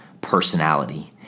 personality